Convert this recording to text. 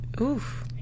Oof